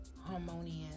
harmonious